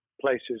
places